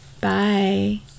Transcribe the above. Bye